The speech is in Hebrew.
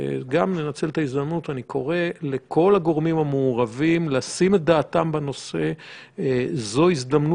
אנחנו רואים השתתפות מלאה של האוכלוסייה הערבית בבתי החולים - רופאים,